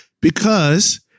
because-